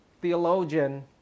theologian